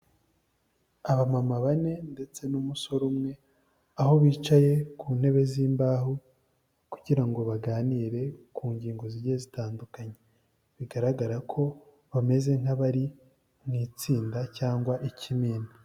Abamama bane ndetse n'umusore umwe, aho bicaye ku ntebe z'imbaho, kugira ngo baganire ku ngingo zigiye zitandukanye, bigaragara ko bameze nk'abari mu itsinda cyangwa ikimina.